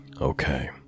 Okay